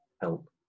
help